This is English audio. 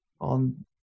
on